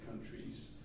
countries